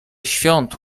świąt